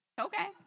Okay